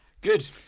Good